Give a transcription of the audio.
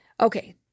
Okay